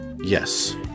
Yes